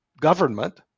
government